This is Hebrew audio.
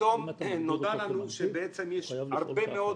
פתאום נודע לנו שבעצם יש הרבה מאוד